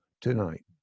tonight